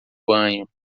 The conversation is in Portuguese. banho